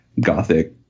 gothic